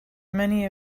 many